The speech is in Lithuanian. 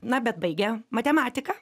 na bet baigė matematiką